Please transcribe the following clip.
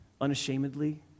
unashamedly